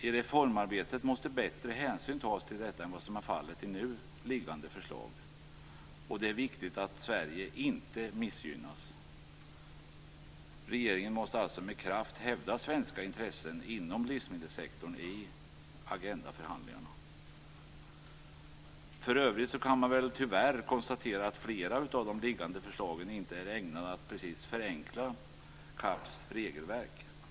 I reformarbetet måste större hänsyn tas till detta än vad som är fallet i nu liggande förslag. Det är viktigt att Sverige inte missgynnas. Regeringen måste alltså med kraft hävda svenska intressen inom livsmedelssektorn i Agendaförhandlingarna. För övrigt kan man väl tyvärr konstatera att flera av de liggande förslagen inte är ägnade att precis förenkla CAP:s regelverk.